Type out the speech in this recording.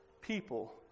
people